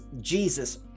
jesus